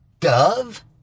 Dove